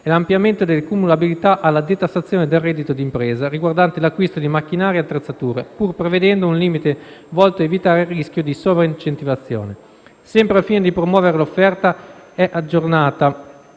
e l'ampliamento della cumulabilità alla detassazione del reddito d'impresa riguardante l'acquisto di macchinari e attrezzature, pur prevedendo un limite volto a evitare il rischio di sovraincentivazione. Sempre al fine di promuovere l'offerta, è poi aggiornata